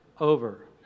over